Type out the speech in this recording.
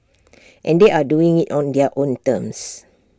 and they are doing IT on their own terms